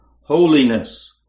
holiness